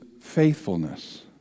faithfulness